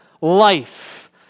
life